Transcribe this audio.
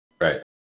Right